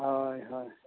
ᱦᱳᱭ ᱦᱳᱭ